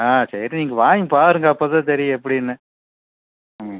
ஆ சரி நீங்கள் வாங்கிப் பாருங்கள் அப்போ தான் தெரியும் எப்படின்னு ம்